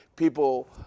people